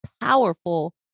powerful